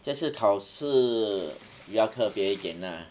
这次考试比较特别一点啦